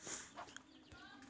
हमर खाता नंबर बता देहु?